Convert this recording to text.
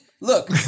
Look